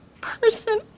person